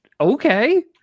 okay